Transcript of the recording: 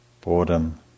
boredom